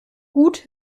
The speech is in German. gut